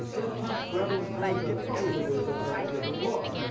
the cash-grabbing ads are probably the worst offenders of the lot.